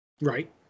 Right